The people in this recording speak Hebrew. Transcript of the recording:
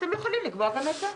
אתם יכולים לקבוע גם את זה.